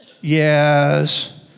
Yes